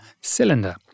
cylinder